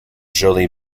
jolie